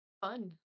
Fun